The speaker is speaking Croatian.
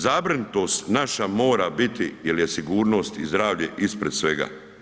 Zabrinutost naša mora biti jel je sigurnost i zdravlje ispred svega.